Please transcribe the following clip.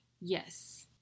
yes